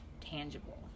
tangible